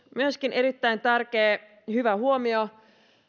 myöskin erittäin tärkeä hyvä huomio